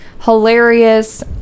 hilarious